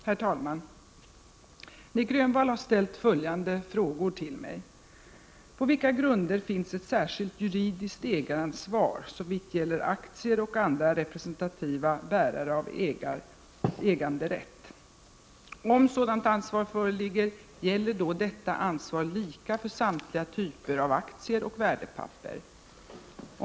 Herr talman! Nic Grönvall har ställt följande frågor till mig: 1. På vilka grunder finns ett särskilt juridiskt ägaransvar såvitt gäller aktier och andra representativa bärare av äganderätt? 2. Om sådant ansvar föreligger, gäller då detta ansvar lika för samtliga typer av aktier och värdepapper? 3.